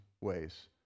ways